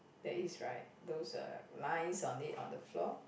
there is right those uh lines on it on the floor